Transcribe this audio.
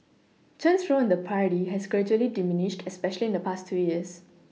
Chen's role in the party has gradually diminished especially in the past two years